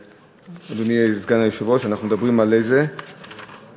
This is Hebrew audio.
אדוני סגן המזכירה, אנחנו מדברים על איזה הצעה?